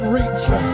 reach